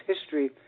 history